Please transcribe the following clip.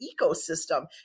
ecosystem